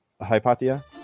hypatia